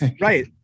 right